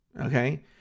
okay